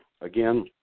again